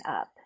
up